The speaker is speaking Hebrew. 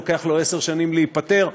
לוקח לו עשר שנים להיפתר,